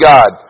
God